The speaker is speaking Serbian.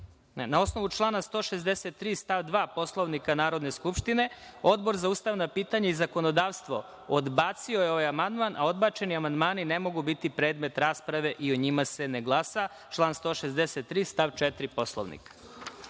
osnovu člana 163. stav 2. Poslovnika Narodne skupštine, Odbor za ustavna pitanja i zakonodavstvo odbacio je ovaj amandman, a odbačeni amandmani ne mogu biti predmet rasprave i o njima se ne glasa, član 163. stav 4. Poslovnika. Pošto